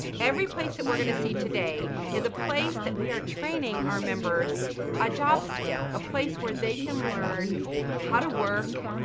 every place that we're going to see today is a place that we are training our members a job skill, a place where they can learn how to work,